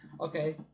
Okay